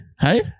hey